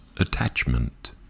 attachment